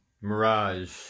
Mirage